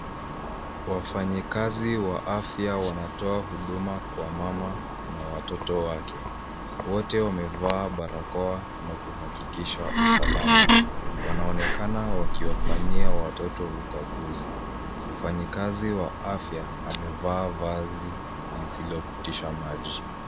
Wafanyikazi wa afya wanatoa huduma kwa mama na watoto wake. Wote wamevaa barakoa na kuhakikisha usalama. Wanaonekana wakiwafanyia watoto ukaguzi. Mfanyikazi wa afya, amevaa vazi lisilopitisha maji.